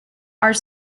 are